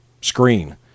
screen